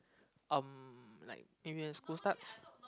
um like maybe when school starts